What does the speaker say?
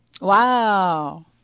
Wow